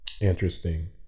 interesting